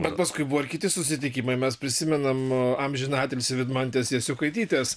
bet paskui buvo ir kiti susitikimai mes prisimenam amžinatilsį vidmantės jasiukaitytės